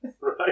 Right